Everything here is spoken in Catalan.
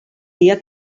dia